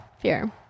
Fear